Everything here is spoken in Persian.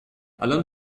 الان